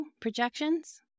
projections